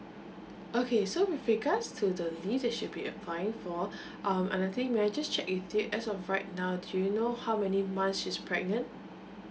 okay so with regards to leave that should be applying for um ananthiy may I just check with you as of right now do you know how many months she's pregnant